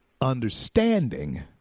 understanding